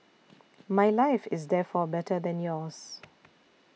my life is therefore better than yours